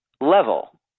level